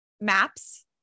Maps